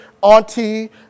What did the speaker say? auntie